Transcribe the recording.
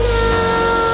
now